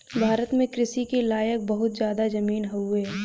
भारत में कृषि के लायक बहुत जादा जमीन हउवे